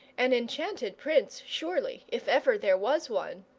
an enchanted prince surely, if ever there was one!